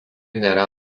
nėra